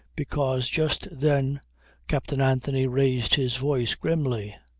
because just then captain anthony raised his voice grimly.